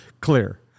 clear